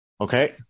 Okay